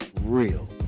real